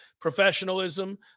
professionalism